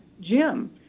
Jim